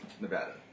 Nevada